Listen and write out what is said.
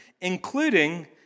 including